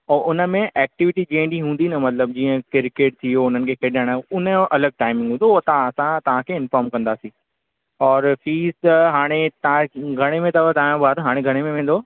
आऊं हुनमें एक्टिविटी जंहिं ॾींहुं हूंदी न मतिलबु जीअं क्रिकेट थियो हुननि खे खेॾण उनजो अलॻि टाइमिंग हूंदो उहो तव्हां तव्हां तव्हां खे इन्फोम कंदासीं और फ़ीस हाणे घणे में अथव तव्हां जो ॿारु हाणे घणे में वेंदो